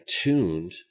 tuned